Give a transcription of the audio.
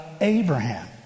Abraham